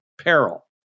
peril